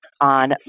on